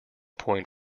point